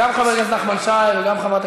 חבר הכנסת חזן מבקש להוסיף את תמיכתו בהצעת החוק.